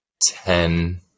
ten